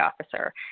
officer